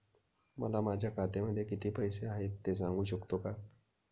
मला माझ्या खात्यामध्ये किती पैसे आहेत ते सांगू शकता का?